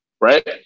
right